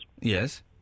Yes